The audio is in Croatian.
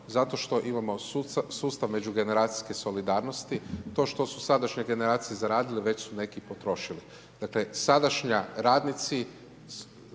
Zato što imamo sustav međugeneracijske solidarnosti, to što su sadašnje generacije zaradile, već su neki potrošili. Dakle, sadašnja radnici